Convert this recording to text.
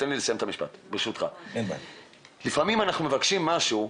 אנחנו מבקשים משהו,